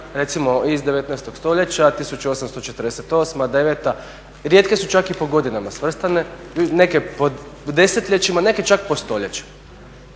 recimo iz 19. stoljeća, 1848., 1849., rijetke su čak i po godinama svrstane, neke po desetljećima, neke čak po stoljećima.